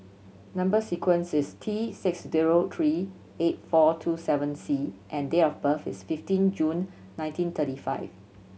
number sequence is T six zero three eight four two seven C and date of birth is fifteen June nineteen thirty five